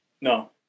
No